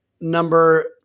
Number